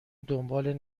دنبال